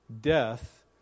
death